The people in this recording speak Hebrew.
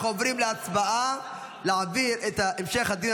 אנחנו עוברים להצבעה להעביר את המשך הדיון